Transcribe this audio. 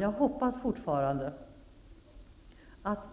Jag hoppas fortfarande att